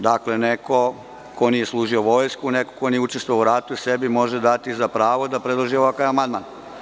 Dakle, neko ko nije služio vojsku, neko ko nije učestvovao u ratu sebi može dati za pravo da predloži ovakav amandman.